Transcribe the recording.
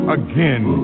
again